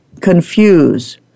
confuse